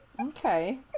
Okay